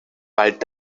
bald